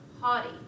haughty